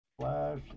Flash